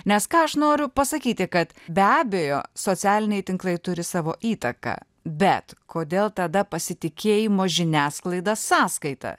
nes ką aš noriu pasakyti kad be abejo socialiniai tinklai turi savo įtaką bet kodėl tada pasitikėjimo žiniasklaida sąskaita